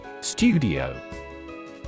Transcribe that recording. Studio